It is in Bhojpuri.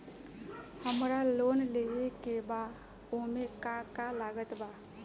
हमरा लोन लेवे के बा ओमे का का लागत बा?